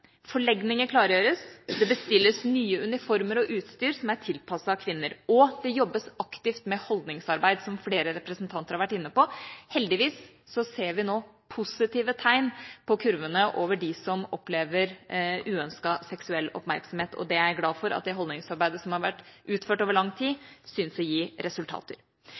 Forlegninger klargjøres, det bestilles nye uniformer og nytt utstyr som er tilpasset kvinner, og det jobbes aktivt med holdningsarbeid, som flere representanter har vært inne på. Heldigvis ser vi nå positive tegn på kurvene over dem som opplever uønsket seksuell oppmerksomhet. Jeg er glad for at det holdningsarbeidet som har vært utført over lang tid, synes å gi resultater.